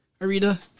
Arita